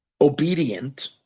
obedient